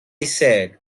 said